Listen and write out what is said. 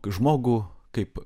žmogų kaip